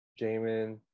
Jamin